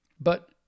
but-